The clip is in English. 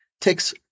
takes